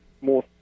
more